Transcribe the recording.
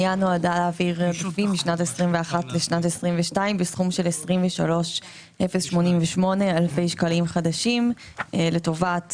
להעביר עודפים משנת 21' ל-22' בסכום 23,088 אלפי שקלים חדשים לטובת